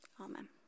Amen